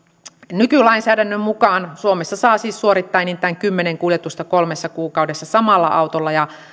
nykylainsäädännön mukaan suomessa saa siis suorittaa enintään kymmenen kuljetusta kolmessa kuukaudessa samalla autolla ja